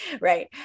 right